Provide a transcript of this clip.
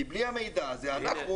כי בלי המידע הזה אנחנו,